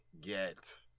get